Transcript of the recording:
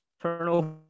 turnover